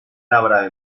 labrado